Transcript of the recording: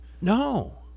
No